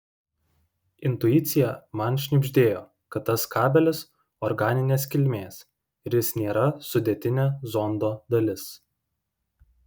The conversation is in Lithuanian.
intuicija man šnibždėjo kad tas kabelis organinės kilmės ir jis nėra sudėtinė zondo dalis